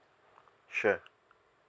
sure